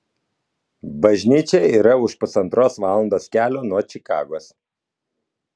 bažnyčia yra už pusantros valandos kelio nuo čikagos